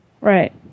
Right